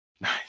Nice